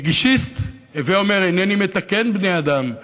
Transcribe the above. נגישיסט, הווי אומר אינני מתקן בני אדם.